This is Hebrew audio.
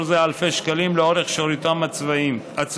זה אלפי שקלים לאורך שירותם הצבאי.